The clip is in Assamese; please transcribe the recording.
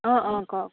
অঁ অঁ কওক